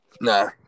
Nah